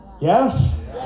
Yes